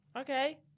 Okay